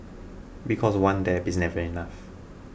because one dab is never enough